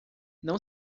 não